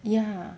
ya